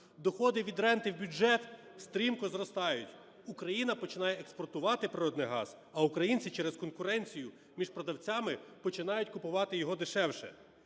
доходи від ренти в бюджет стрімко зростають. Україна починає експортувати природній газ, а українці через конкуренцію між продавцями починають купувати його дешевше.